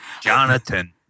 Jonathan